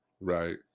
right